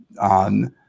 on